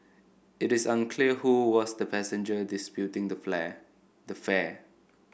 it is unclear who was the passenger disputing the the fare